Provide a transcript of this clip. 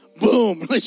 Boom